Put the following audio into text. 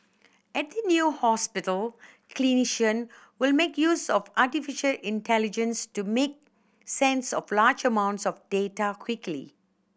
at the new hospital clinicians will make use of artificial intelligence to make sense of large amounts of data quickly